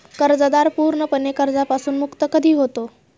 कर्जदार पूर्णपणे कर्जापासून मुक्त कधी होतो?